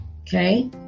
Okay